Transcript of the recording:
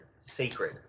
sacred